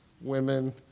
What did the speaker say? women